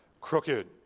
crooked